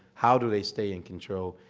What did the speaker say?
how do they stay in control,